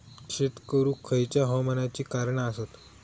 शेत करुक खयच्या हवामानाची कारणा आसत?